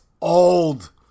old